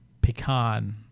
pecan